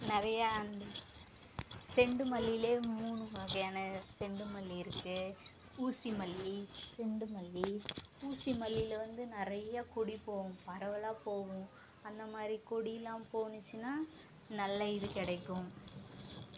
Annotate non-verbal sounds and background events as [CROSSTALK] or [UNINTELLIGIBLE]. நிறயா செண்டு மல்லியிலேயே மூனு வகையான செண்டு மல்லி இருக்குது ஊசி மல்லி குண்டு மல்லி ஊசி மல்லியில வந்து நிறய கொடி போகும் பரவலாக போகும் அந்த மாதிரி கொடியெலாம் போனுச்சுனால் [UNINTELLIGIBLE] நல்ல இது கிடைக்கும்